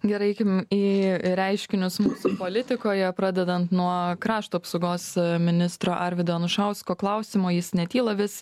gerai eikim į reiškinius mūsų politikoje pradedant nuo krašto apsaugos ministro arvydo anušausko klausimo jis netyla vis